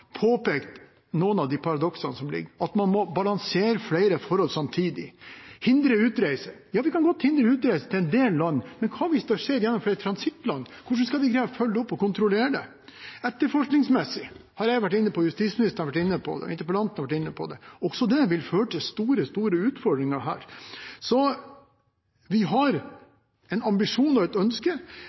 påpekt noen av paradoksene som ligger der, at man må balansere flere forhold samtidig. Man kan godt hindre utreise til en del land, men hva om det skjer gjennom flere transittland? Hvordan skal man klare å følge opp og kontrollere det? Etterforskningsmessig vil det også føre til store utfordringer – jeg, justisministeren og interpellanten har vært inne på det. Vi har en ambisjon og et ønske, men målet å komme seg dit tror jeg ikke er det enkleste. Jeg tror heller ikke at et